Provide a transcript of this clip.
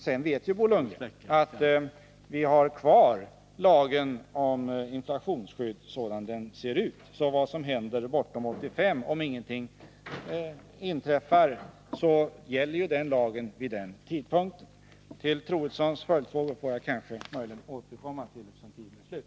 Sedan vet ju Bo Lundgren att vi har kvar lagen 17 om inflationsskydd, sådan den ser ut. Om ingenting inträffar gäller lagen alltså bortom 1985. Till Ingegerd Troedssons följdfrågor får jag möjligen återkomma, eftersom tiden nu är slut.